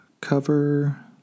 cover